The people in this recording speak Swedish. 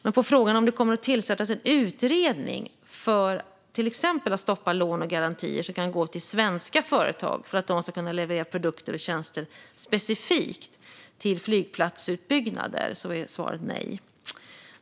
Men på frågan om det kommer att tillsättas en utredning för att exempelvis stoppa lån och garantier som kan gå till svenska företag för att dessa ska kunna leverera produkter och tjänster specifikt till flygplatsutbyggnader är svaret nej.